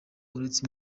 uretse